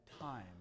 time